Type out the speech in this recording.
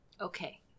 Okay